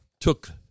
took